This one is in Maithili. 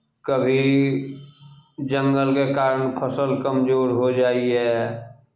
कभी जङ्गलके कारण फसल कमजोर हो जाइए